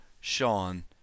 Sean